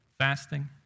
fasting